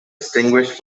distinguished